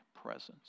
presence